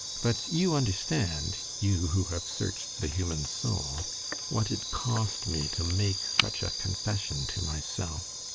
but you understand you who have searched the human soul what it cost me to make such a confession to myself.